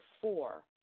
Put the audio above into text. four